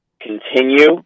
continue